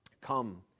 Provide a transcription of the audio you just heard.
Come